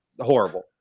Horrible